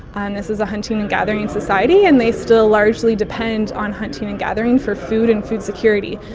and this is a hunting and gathering society, and they still largely depend on hunting and gathering for food and food security.